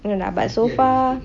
no lah but so far